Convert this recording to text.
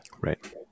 Right